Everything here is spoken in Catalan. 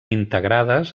integrades